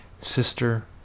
Sister